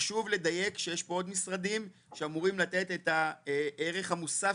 חשוב לדייק שיש פה עוד משרדים שאמורים לתת את הערך המוסף